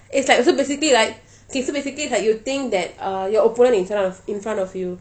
it's like so basically like K so basically it's like you think that uh your opponent in front of in front of you